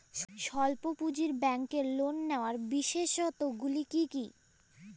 স্বল্প পুঁজির ব্যাংকের লোন নেওয়ার বিশেষত্বগুলি কী কী?